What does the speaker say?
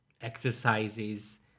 exercises